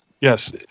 Yes